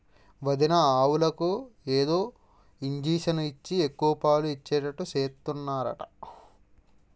వదినా ఆవులకు ఏదో ఇంజషను ఇచ్చి ఎక్కువ పాలు ఇచ్చేటట్టు చేస్తున్నారట